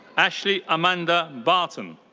ashley amanda barton.